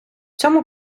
цьому